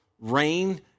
rain